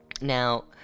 now